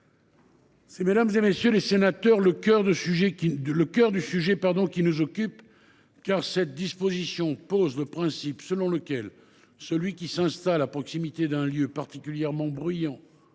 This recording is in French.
est, mesdames, messieurs les sénateurs, le cœur du sujet qui nous occupe, car cette disposition fixe le principe selon lequel celui qui s’installe à proximité d’un lieu particulièrement bruyant